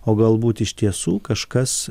o galbūt iš tiesų kažkas